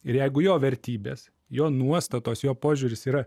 ir jeigu jo vertybės jo nuostatos jo požiūris yra